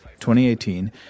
2018